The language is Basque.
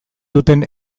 duten